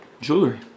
jewelry